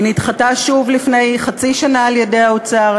היא נדחתה שוב לפני חצי שנה על-ידי האוצר,